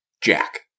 Jack